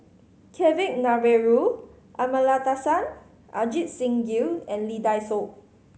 Kavignareru Amallathasan Ajit Singh Gill and Lee Dai Soh